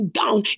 down